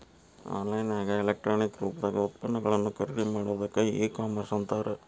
on line ನ್ಯಾಗ electronic ರೂಪ್ದಾಗ್ ಉತ್ಪನ್ನಗಳನ್ನ ಖರಿದಿಮಾಡೊದಕ್ಕ ಇ ಕಾಮರ್ಸ್ ಅಂತಾರ